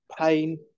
pain